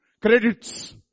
Credits